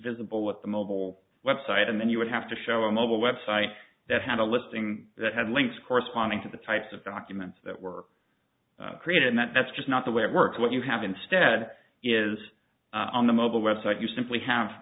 visible with the mobile web site and then you would have to show a mobile web site that had a listing that had links corresponding to the types of documents that were creatin that's just not the way it works what you have instead is on the mobile web site you simply have